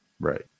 Right